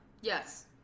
Yes